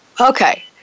okay